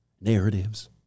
narratives